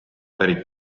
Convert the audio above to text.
pärit